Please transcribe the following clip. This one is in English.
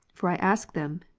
for i ask them,